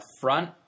front